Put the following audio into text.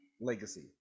legacy